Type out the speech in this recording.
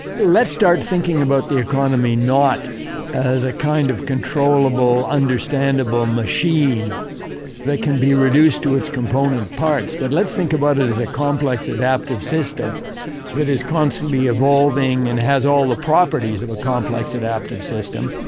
let's start thinking about the economy not as a kind of controllable, understandable machine that can be reduced to its component parts. but let's think about it as a complex adaptive system that is constantly evolving and has all the properties of a complex adaptive system.